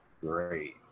Great